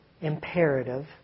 imperative